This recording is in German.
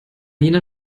jener